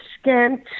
scant